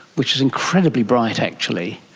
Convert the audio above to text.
which is incredibly bright, actually.